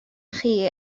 chi